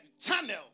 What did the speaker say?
channel